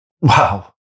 Wow